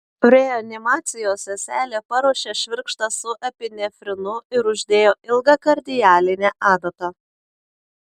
reanimacijos seselė paruošė švirkštą su epinefrinu ir uždėjo ilgą kardialinę adatą